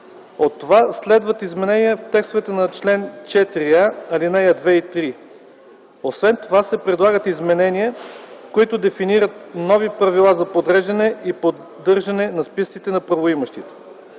От това следват изменения в текстовете на чл. 4а, ал. 2 и 3. Освен това се предлагат изменения, които дефинират нови правила за подреждане и поддържане на списъците на правоимащите.